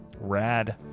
Rad